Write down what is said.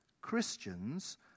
Christians